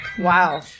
Wow